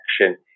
action